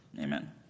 Amen